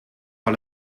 par